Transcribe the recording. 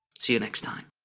see you next time.